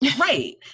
Right